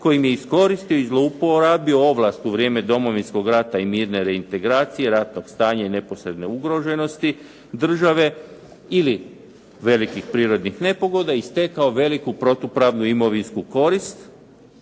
koje je iskoristio i zlouporabio ovlast u vrijeme Domovinskog rata i mirne reintegracije, ratnog stanja i neposredne ugroženosti države ili velikih prirodnih nepogoda i stekao veliku protupravnu imovinsku korist,